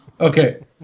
Okay